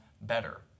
better